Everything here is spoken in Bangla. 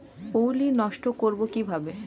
পুত্তলি নষ্ট করব কিভাবে?